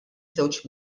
żewġ